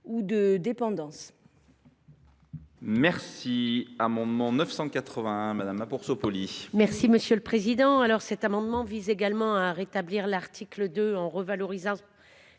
ou de dépendance.